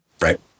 Right